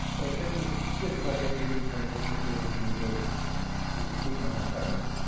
but just as just as i get used to the place they keep building new buildings, so yeah, to keep me on my toes.